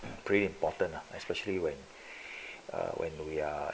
pretty important lah especially when err when we are